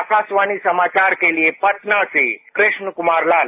आकाशवाणी समाचार के लिए पटना से कृष्ण कुमार लाल